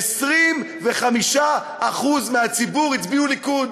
25% מהציבור הצביעו ליכוד,